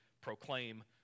proclaim